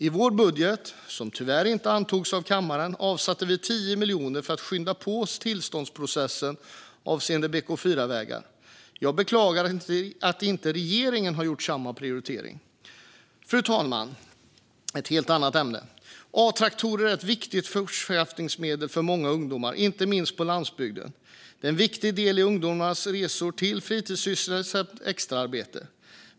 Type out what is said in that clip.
I vår budget, som tyvärr inte antogs av kammaren, avsatte vi 10 miljoner för att skynda på tillståndsprocessen avseende BK4-vägar. Jag beklagar att regeringen inte har gjort samma prioritering. Fru talman! Ett helt annat ämne: A-traktorn är ett viktigt fortskaffningsmedel för många ungdomar, inte minst på landsbygden. Den är en viktig del i ungdomars resor till fritidssysselsättning och extraarbete.